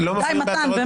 די, מתן.